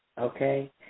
okay